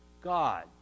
God